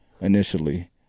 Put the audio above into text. initially